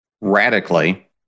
radically